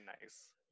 nice